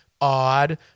odd